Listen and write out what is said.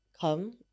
Come